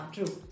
True